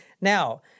Now